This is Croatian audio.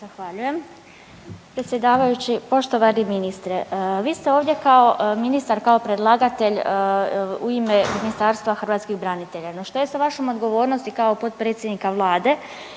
Zahvaljujem, predsjedavajući. Poštovani ministre, vi ste ovdje kao ministar kao predlagatelj u ime Ministarstva hrvatskih branitelja, što je sa vašom odgovornosti kao potpredsjednika Vlade